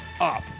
up